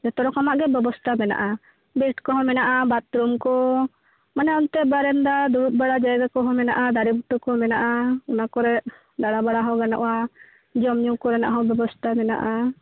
ᱡᱚᱛᱚ ᱨᱚᱠᱚᱢᱟᱜ ᱜᱮ ᱵᱮᱵᱚᱥᱛᱟ ᱢᱮᱱᱟᱜᱼᱟ ᱵᱮᱹᱴ ᱠᱚᱦᱚᱸ ᱢᱮᱱᱟᱜᱼᱟ ᱵᱟᱛᱷᱨᱩᱢ ᱠᱚ ᱢᱟᱱᱮ ᱚᱱᱛᱮ ᱵᱟᱨᱮᱱᱫᱟ ᱫᱩᱲᱩᱵ ᱵᱟᱲᱟ ᱡᱟᱭᱜᱟ ᱠᱚᱦᱚᱸ ᱢᱮᱱᱟᱜᱼᱟ ᱫᱟᱨᱮ ᱵᱩᱴᱟᱹ ᱠᱚ ᱢᱮᱱᱟᱜᱼᱟ ᱚᱱᱟ ᱠᱚᱨᱮᱫ ᱫᱟᱲᱟ ᱵᱟᱲᱟ ᱦᱚᱸ ᱜᱟᱱᱚᱜᱼᱟ ᱡᱚᱢ ᱧᱩ ᱠᱚᱨᱮᱱᱟᱜ ᱦᱚᱸ ᱵᱮᱵᱚᱥᱛᱟ ᱢᱮᱱᱟᱜᱼᱟ